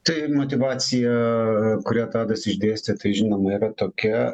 tai motyvacija kurią tadas išdėstė tai žinoma yra tokia